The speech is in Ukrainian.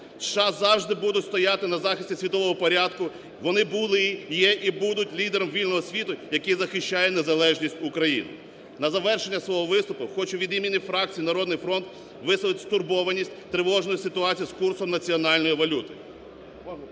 США завжди будуть стояти на захисті світового порядку, вони були, є і будуть лідером вільного світу, який захищає незалежність України. На завершення свого виступу хочу від імені фракції "Народний фронт" висловити стурбованість тривожною ситуацією з курсом національної валюти.